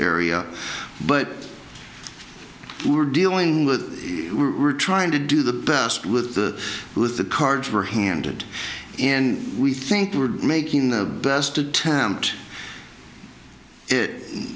area but we're dealing with we're trying to do the best with the with the cards were handed and we think we're making the best attempt it